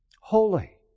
holy